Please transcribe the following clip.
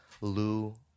Lou